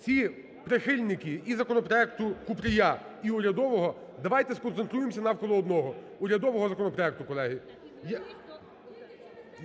всі прихильники і законопроекту Купрія, і урядового давайте сконцентруємося навколо одного, урядового законопроекту, колеги.